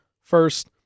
first